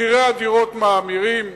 מחירי הדירות מאמירים,